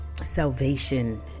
salvation